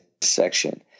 section